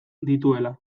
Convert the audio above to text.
dituela